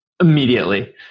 immediately